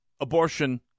abortion